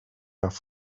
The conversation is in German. nach